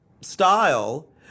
style